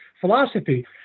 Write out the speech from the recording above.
philosophy